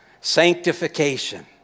Sanctification